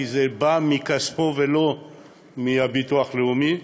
כי זה בא מכספו ולא מהביטוח הלאומי,